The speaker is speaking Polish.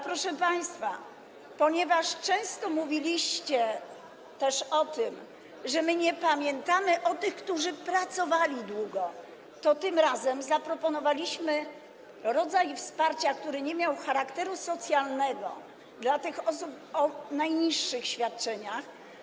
Proszę państwa, ponieważ często mówiliście też o tym, że my nie pamiętamy o tych, którzy pracowali długo, to tym razem zaproponowaliśmy rodzaj wsparcia, który nie miał charakteru socjalnego, nie był tylko dla tych osób o najniższych świadczeniach.